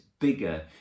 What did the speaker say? bigger